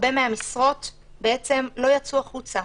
הרבה מהמשרות לא יצאו החוצה.